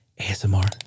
ASMR